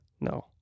No